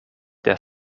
der